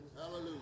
Hallelujah